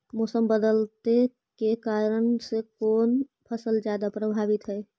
मोसम बदलते के कारन से कोन फसल ज्यादा प्रभाबीत हय?